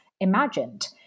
imagined